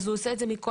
הוא עושה את זה מכוח